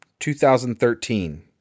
2013